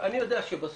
אני יודע שבסוף,